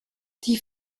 die